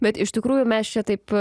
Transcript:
bet iš tikrųjų mes čia taip